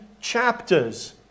chapters